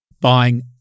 buying